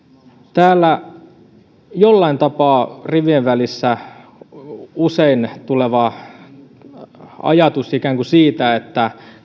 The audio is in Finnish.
täällä jollain tapaa rivien välissä usein tulee ajatus ikään kuin siitä että